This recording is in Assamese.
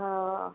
অঁ